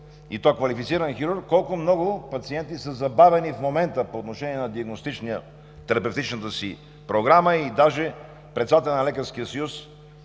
и то квалифициран хирург, колко много пациенти са забавени в момента по отношение на диагностично терапевтичната си програма. Даже председателят на Лекарския съюз